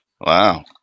Wow